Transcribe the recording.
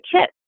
kit